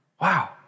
Wow